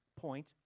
point